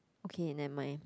okay nevermind